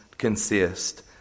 Consist